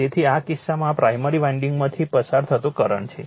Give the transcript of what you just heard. તેથી આ કિસ્સામાં આ પ્રાઇમરી વાન્ડિંગમાંથી પસાર થતો કરંટ છે